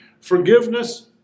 Forgiveness